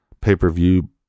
pay-per-view